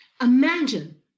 Imagine